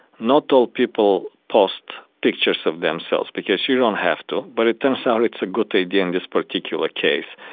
not all people post pictures of themselves because you don't have to, but it turns out it's a good idea in this particular case.